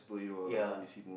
ya